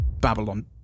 babylon